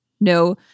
no